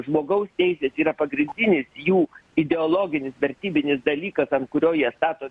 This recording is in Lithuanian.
žmogaus teisės yra pagrindinis jų ideologinis vertybinis dalykas ant kurio jie stato